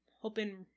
hoping